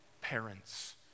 parents